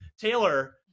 taylor